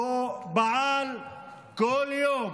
והוא פעל כל יום